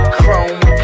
chrome